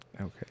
Okay